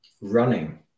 running